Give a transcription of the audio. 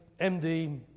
MD